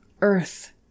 Earth